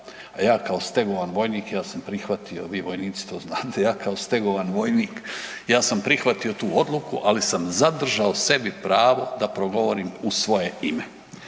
ja kao stegovan vojnik ja sam prihvatio, vi vojnici to znate, ja kao stegovan vojnik ja sam prihvatio tu odluku, ali sam zadržao sebi pravo da progovorim u svoje ime.